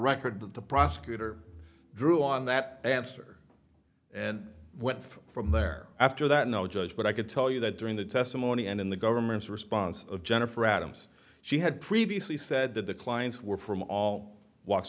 that the prosecutor drew on that answer and went from there after that no judge but i could tell you that during the testimony and in the government's response of jennifer adams she had previously said that the clients were from all walks